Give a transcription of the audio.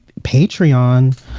Patreon